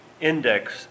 index